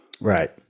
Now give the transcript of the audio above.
right